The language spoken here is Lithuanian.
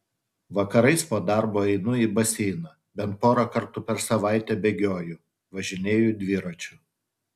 vakarais po darbo einu į baseiną bent porą kartų per savaitę bėgioju važinėju dviračiu